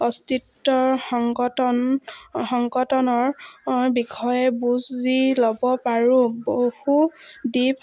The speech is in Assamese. অস্তিত্বৰ সংগঠন সংগঠনৰ বিষয়ে বুজি ল'ব পাৰোঁ বহু দ্বীপ